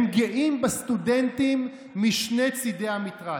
הם גאים בסטודנטים משני צידי המתרס,